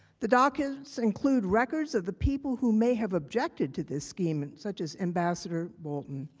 the documents include records of the people who may have objected to this scheme and such as ambassador bolton.